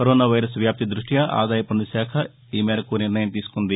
corona virus వ్యాప్తి దృష్ట్వి ఆదాయ పన్ను శాఖ ఈ మేరకు నిర్ణయం తీసుకుంది